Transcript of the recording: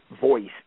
voice